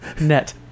Net